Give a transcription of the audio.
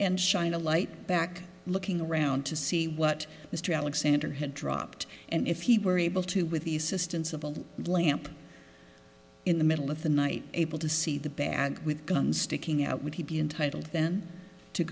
and shine a light back looking around to see what mr alexander had dropped and if he were able to with the assistance of a lamp in the middle of the night able to see the bat with guns sticking out would he be entitled to